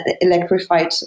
electrified